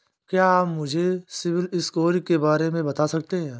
क्या आप मुझे सिबिल स्कोर के बारे में बता सकते हैं?